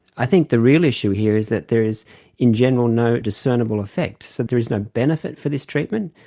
i think the real issue here is that there is in general no discernible effect, so there is no benefit for this treatment.